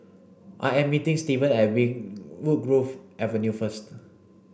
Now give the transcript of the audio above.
I am meeting Stevan at win Woodgrove Avenue first